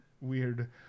weird